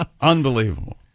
Unbelievable